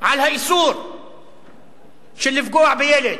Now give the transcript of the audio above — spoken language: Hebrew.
על האיסור לפגוע בילד.